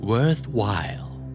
Worthwhile